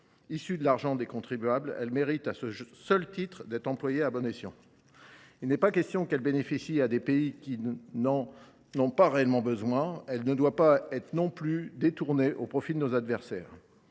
Issue de l’argent des contribuables, elle mérite à ce titre d’être employée à bon escient. Il n’est pas question qu’elle bénéficie à des pays qui n’en ont pas réellement besoin. Elle ne doit pas non plus être détournée au profit de nos adversaires.